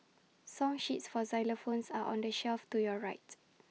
song sheets for xylophones are on the shelf to your right